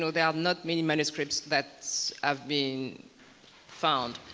so there are not many manuscripts that have been found.